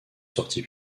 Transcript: sortie